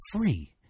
free